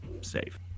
safe